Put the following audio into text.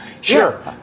Sure